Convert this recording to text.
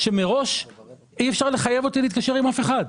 שמראש אי אפשר לחייב אותי להתקשר עם אף אחד.